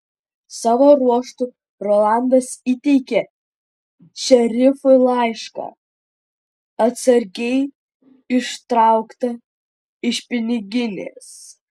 savo ruožtu rolandas įteikė šerifui laišką atsargiai ištrauktą iš piniginės